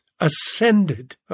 ascended